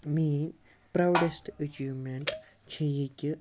میٲنۍ proudest achievement چھِ یہِ کہِ